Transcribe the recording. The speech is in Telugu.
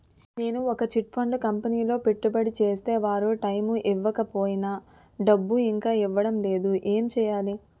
నేను ఒక చిట్ ఫండ్ కంపెనీలో పెట్టుబడి చేస్తే వారు టైమ్ ఇవ్వకపోయినా డబ్బు ఇంకా ఇవ్వడం లేదు ఏంటి చేయాలి?